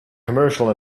commercial